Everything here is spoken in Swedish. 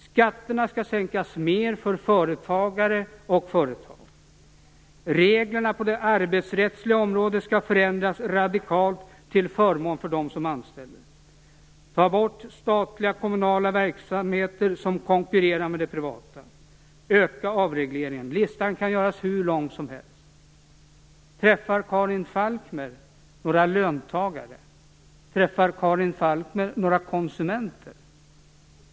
Skatterna skall sänkas mer för företagare och företag. Reglerna på det arbetsrättsliga området skall förändras radikalt till förmån för dem som anställer. Ta bort statliga och kommunala verksamheter som konkurrerar med det privata! Öka avregleringen! Listan kan göras hur lång som helst. Träffar Karin Falkmer några löntagare? Träffar Karin Falkmer några konsumenter?